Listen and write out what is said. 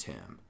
Tim